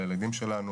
על הילדים שלנו,